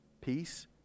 peace